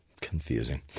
Confusing